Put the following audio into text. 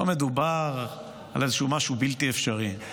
לא מדובר על איזשהו משהו בלתי אפשרי.